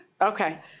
Okay